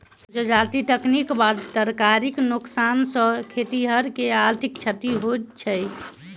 जजाति कटनीक बाद तरकारीक नोकसान सॅ खेतिहर के आर्थिक क्षति होइत छै